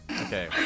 okay